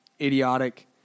idiotic